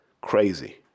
Crazy